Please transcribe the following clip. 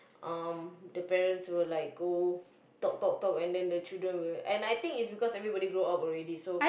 um the parents will like go talk talk talk and then the children will and I think it's because everybody grow up already so